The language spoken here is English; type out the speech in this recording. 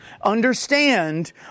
understand